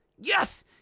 Yes